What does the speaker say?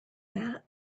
that